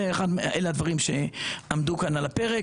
אלו הדברים שעמדו כאן על הפרק.